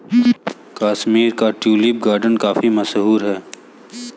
कश्मीर का tulip garden काफी मशहूर है